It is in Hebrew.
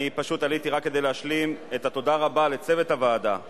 אני פשוט עליתי רק כדי להשלים את התודות לצוות הוועדה,